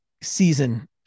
season